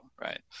right